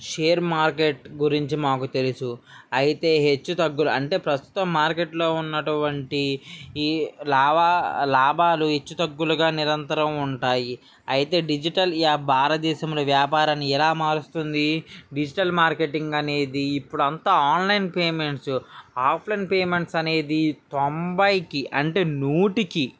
share market గురించి మాకు తెలుసు అయితే హెచ్చుతగ్గులు అంటే ప్రస్తుతం మార్కెట్లో ఉన్నటువంటి ఈ లాభా ఈ లాభాలు హెచ్చుతగ్గులుగా నిరంతరం ఉంటాయి అయితే డిజిటల్ యాప్ భారత దేశంలో వ్యాపారాన్ని ఎలా మారుస్తుంది డిజిటల్ మార్కెటింగ్ అనేది ఇప్పుడు అంతా ఆన్లైన్ పేమెంట్స్ ఆఫ్లైన్ పేమెంట్ అనేది తొంభైకి అంటే నూటికి